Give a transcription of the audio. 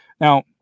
Now